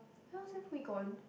where else have we gone